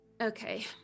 okay